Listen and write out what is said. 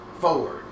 forward